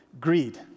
greed